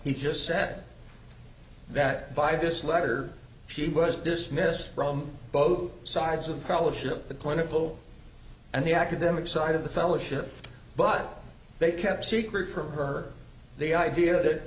he just said that by this letter she was dismissed from both sides of the fellowship the clinical and the academic side of the fellowship but they kept secret from her the idea that